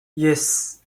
yes